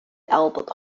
albert